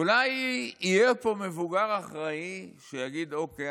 אולי יהיה פה מבוגר אחראי שיגיד: אוקיי,